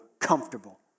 comfortable